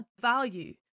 value